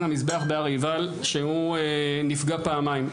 המזבח בהר עיבל שהוא נפגע פעמיים,